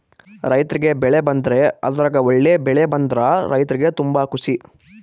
ರೈರ್ತಿಗೆ ಬೆಳೆ ಬಂದ್ರೆ ಅದ್ರಗ ಒಳ್ಳೆ ಬೆಳೆ ಬಂದ್ರ ರೈರ್ತಿಗೆ ತುಂಬಾ ಖುಷಿ